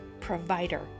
Provider